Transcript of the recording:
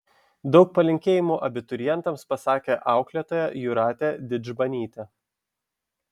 daug palinkėjimų abiturientams pasakė auklėtoja jūratė didžbanytė